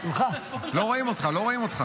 לא רואים אותך.